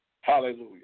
Hallelujah